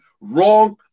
wrong